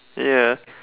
yeah